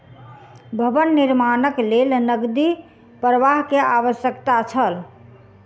भवन निर्माणक लेल नकदी प्रवाह के आवश्यकता छल